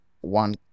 one